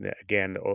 again